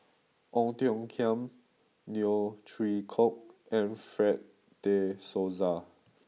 Ong Tiong Khiam Neo Chwee Kok and Fred de Souza